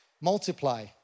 multiply